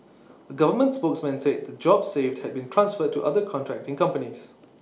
A government spokesman said the jobs saved had been transferred to other contracting companies